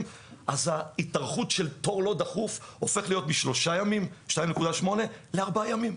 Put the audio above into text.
אז ההתארכות של תור לא דחוף הופך להיות מ-2.8 ימים לארבעה ימים.